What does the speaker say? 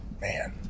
man